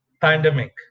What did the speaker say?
pandemic